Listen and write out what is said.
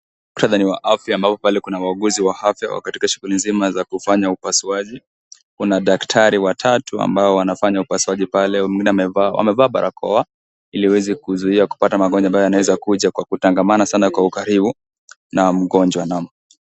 Mktatha ni wa afya ambapo pale kuna wauguzi wa afya ambao wako katika shughuli nzima ya kufanya upasuaji. Kuna daktari watatu ambao wanafanya upasuaji pale na wamevaa barakoa ili waweze kuzuia magonjwa ambayo yanaweza kuja kwa kutangamana sana kwa ukaribu, na mgonjwa naam.